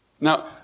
Now